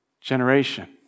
generation